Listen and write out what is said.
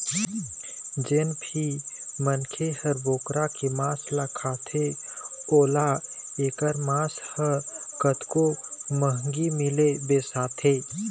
जेन भी मनखे ह बोकरा के मांस ल खाथे ओला एखर मांस ह कतको महंगी मिलय बिसाथे